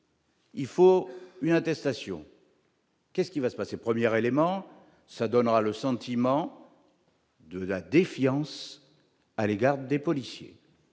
Il faut une attestation. Qu'est-ce qui va se passer : Première éléments ça donnera le sentiment de la défiance à l'égard des policiers,